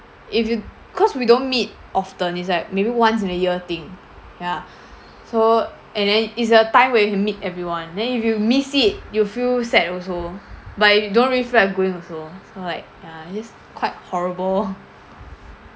if you cause we don't meet often it's like maybe once in a year thing ya so and then it's a time when you meet everyone then if you miss it you feel sad also but you don't really feel like going also so like ya it's quite horrible